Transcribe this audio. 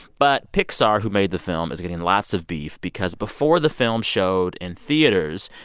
but pixar, who made the film, is getting lots of beef because before the film showed in theaters,